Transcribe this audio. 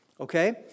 Okay